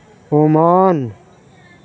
Oman